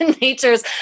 nature's